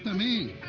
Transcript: me?